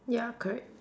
ya correct